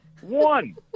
One